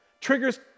Triggers